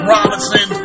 Robinson